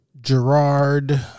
Gerard